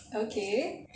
okay